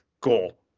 goal